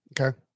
Okay